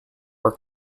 are